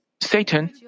Satan